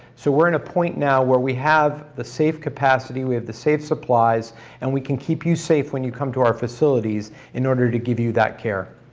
so we're in a point now where we have the safe capacity, we have the safe supplies and we can keep you safe when you come to our facilities in order to give you that care.